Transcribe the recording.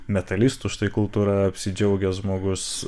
metalistų štai kultūra apsidžiaugęs žmogus